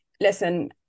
listen